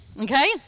okay